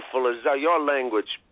language